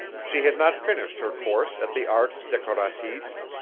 she had not finished her course at the arts decoratifs.